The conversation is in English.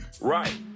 Right